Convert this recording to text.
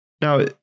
Now